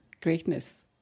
Greatness